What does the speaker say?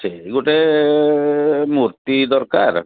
ସେଇ ଗୋଟେ ମୂର୍ତ୍ତି ଦରକାର